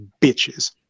bitches